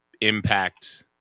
impact